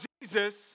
Jesus